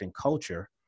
culture